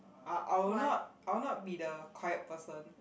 I I will not I will not be the quiet person